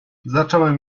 zacząłem